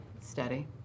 Steady